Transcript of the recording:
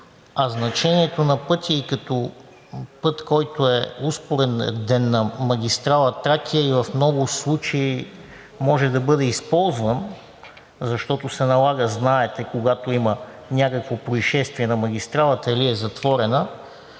А значението и на пътя, успореден на магистрала „Тракия“, и в много случаи може да бъде използван, защото, знаете, когато има някакво произшествие на магистралата или е затворена,